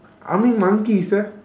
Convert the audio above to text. ah ming monkey sir